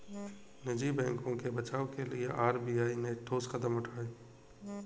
निजी बैंकों के बचाव के लिए आर.बी.आई ने ठोस कदम उठाए